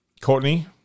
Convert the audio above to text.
Courtney